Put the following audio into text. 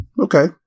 Okay